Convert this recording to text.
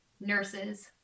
nurses